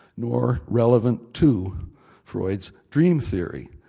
nor relevant to freud's dream theory.